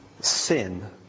sin